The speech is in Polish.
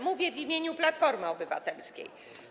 Mówię w imieniu Platformy Obywatelskiej.